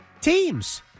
teams